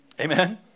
Amen